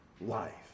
life